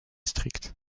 strictes